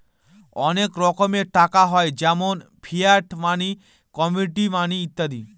অনেক রকমের টাকা হয় যেমন ফিয়াট মানি, কমোডিটি মানি ইত্যাদি